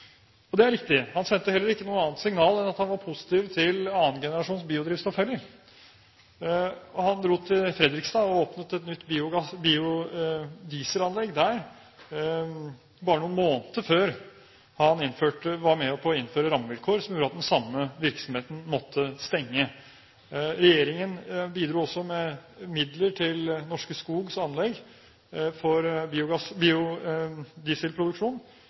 og det er riktig. Han sendte ikke noe annet signal enn at han var positiv til annengenerasjons biodrivstoff heller, og han dro til Fredrikstad og åpnet et nytt dieselanlegg der bare noen måneder før han var med på å innføre rammevilkår som gjorde at den samme virksomheten måtte stenge. Regjeringen bidro også med midler til Norske Skogs anlegg for biodieselproduksjon,